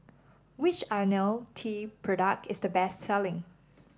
which IoniL T product is the best selling